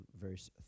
verse